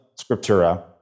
scriptura